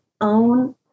own